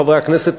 חברי הכנסת,